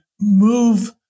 move